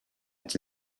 its